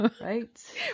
Right